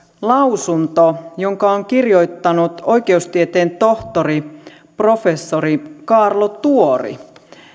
lausunto jonka on kirjoittanut oikeustieteen tohtori professori kaarlo tuori